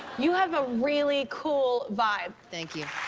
you have a really cool vibe. thank you.